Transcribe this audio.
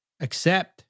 Accept